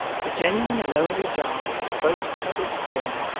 the genuine and only jarley exposed to public scorn,